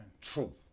truth